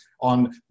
on